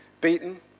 beaten